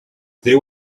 there